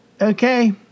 Okay